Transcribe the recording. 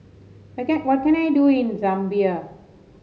what can I do in Zambia